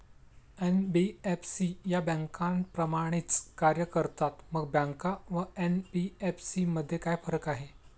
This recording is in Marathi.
एन.बी.एफ.सी या बँकांप्रमाणेच कार्य करतात, मग बँका व एन.बी.एफ.सी मध्ये काय फरक आहे?